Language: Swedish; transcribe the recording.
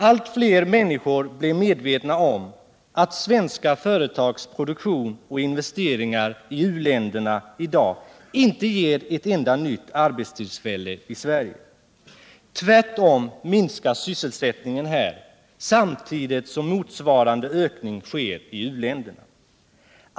Allt fler människor blir medvetna om att svenska företags produktion och investeringar i u-länderna i dag inte ger ett enda nytt arbetstillfälle i Sverige. Tvärtom minskar sysselsättningen här samtidigt som motsvarande ökning sker i u-länderna.